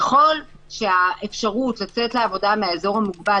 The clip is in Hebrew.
ככל שהאפשרות לצאת לעבודה מהאזור המוגבל